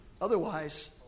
Otherwise